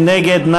מי נגד?